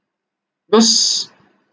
because